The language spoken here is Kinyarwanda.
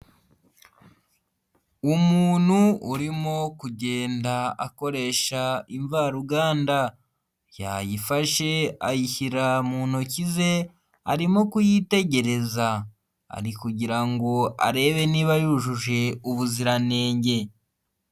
Umuntu urimo kugenda akoresha imvaruganda, yayifashe ayishyira mu ntoki ze arimo kuyitegereza, ari kugira ngo arebe niba yujuje ubuziranenge.